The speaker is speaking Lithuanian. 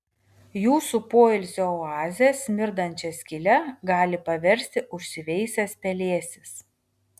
jūsų poilsio oazę smirdančia skyle gali paversti užsiveisęs pelėsis